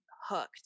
hooked